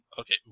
Okay